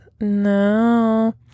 No